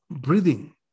breathing